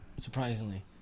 surprisingly